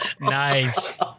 Nice